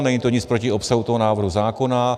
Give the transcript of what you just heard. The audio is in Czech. Není to nic proti obsahu toho návrhu zákona.